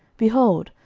behold,